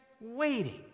waiting